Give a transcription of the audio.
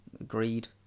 agreed